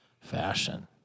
fashion